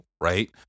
right